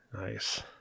Nice